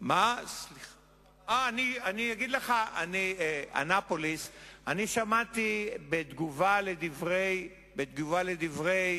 אני אגיד לך, אני שמעתי בתגובה לדברי